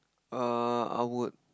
err I would